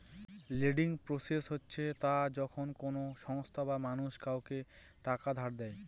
lending process হচ্ছে তা যখন কোনো সংস্থা বা মানুষ কাউকে টাকা ধার দেয়